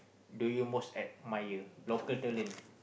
do you most admire local talent